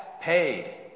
paid